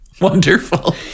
wonderful